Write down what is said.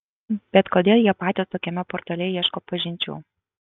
bet kodėl jie patys tokiame portale ieško pažinčių